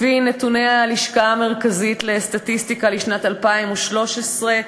לפי נתוני הלשכה המרכזית לסטטיסטיקה לשנת 2013,